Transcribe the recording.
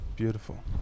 beautiful